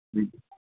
जी